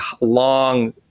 long